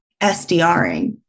SDRing